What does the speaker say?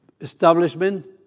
establishment